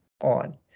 on